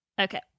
Okay